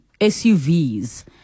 SUVs